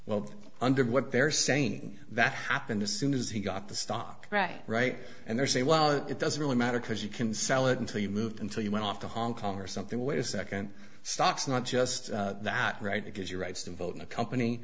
well under what they're saying that happened as soon as he got the stock right right and they're say well it doesn't really matter because you can sell it until you move until you went off to hong kong or something always second stocks not just that right it gives you rights to vote in a company